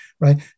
right